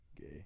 Gay